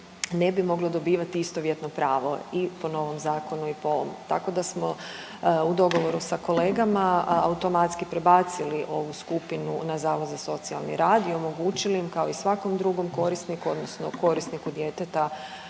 ne bi moglo dobivati istovjetno pravo i po novom zakonu i po ovom. Tako da smo u dogovoru sa kolegama automatski prebacili ovu skupinu na Zavod za socijalni rad i omogućili im kao i svakom drugom korisniku odnosno korisniku djeteta